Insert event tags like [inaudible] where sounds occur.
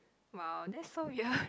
!wow! that's so weird [breath]